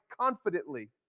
confidently